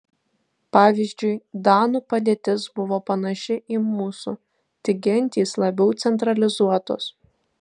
pavyzdžiui danų padėtis buvo panaši į mūsų tik gentys labiau centralizuotos